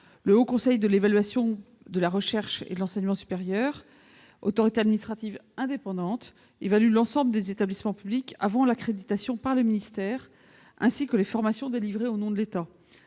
Le Haut Conseil de l'évaluation de la recherche et de l'enseignement supérieur, autorité administrative indépendante, évalue l'ensemble des établissements publics avant l'accréditation par le ministère, ainsi que les formations délivrées au nom de l'État.